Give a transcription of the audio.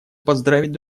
поздравить